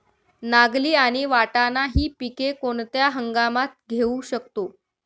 नागली आणि वाटाणा हि पिके कोणत्या हंगामात घेऊ शकतो?